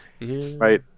Right